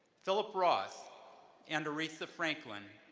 philip roth and aretha franklin,